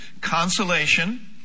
consolation